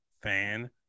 fan